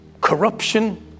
corruption